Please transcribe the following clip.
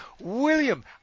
William